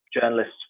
journalists